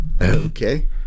Okay